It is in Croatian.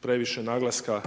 previše naglaska